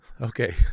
Okay